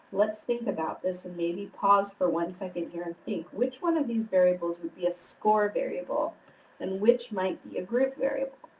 let's think about this and maybe pause for one second here and think. which one of these variables would be a score variable and which might be a group variable?